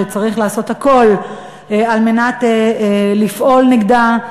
שצריך לעשות הכול כדי לפעול נגדה.